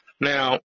Now